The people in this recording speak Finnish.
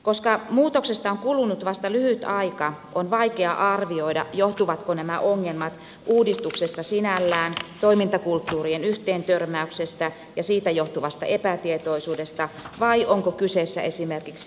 koska muutoksesta on kulunut vasta lyhyt aika on vaikea arvioida johtuvatko nämä ongelmat uudistuksesta sinällään toimintakulttuurien yhteentörmäyksestä ja siitä johtuvasta epätietoisuudesta vai ovatko kyseessä esimerkiksi johtamisen ongelmat